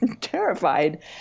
terrified